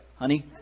Honey